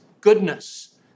goodness